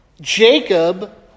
Jacob